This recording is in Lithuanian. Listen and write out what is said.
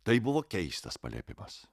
tai buvo keistas paliepimas